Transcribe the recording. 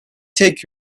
tek